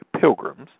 pilgrims